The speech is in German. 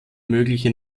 mögliche